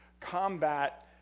combat